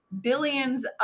billions